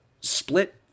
split